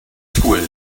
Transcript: squid